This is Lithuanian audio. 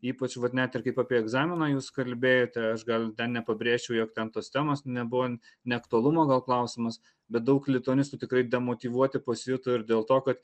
ypač vat net ir kaip apie egzaminą jūs kalbėjote aš gal ten nepabrėžčiau jog ten tos temos nebuvo neaktualumo gal klausimas bet daug lituanistų tikrai demotyvuoti pasijuto ir dėl to kad